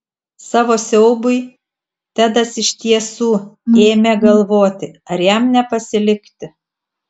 savo siaubui tedas iš tiesų ėmė galvoti ar jam nepasilikti